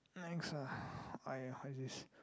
angst lah !aiya! what is this